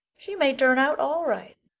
she may turn out all right.